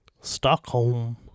Stockholm